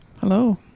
Hello